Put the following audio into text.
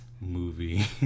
movie